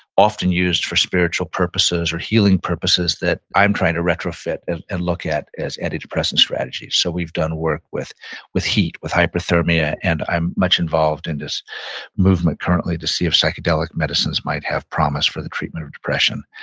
often used for spiritual purposes or healing purposes that i'm trying to retrofit and look at as antidepressant strategies. so, we've done work with with heat, with hyperthermia, and i'm much involved in this movement currently to see if psychedelic medicines might have promise for the treatment of depression.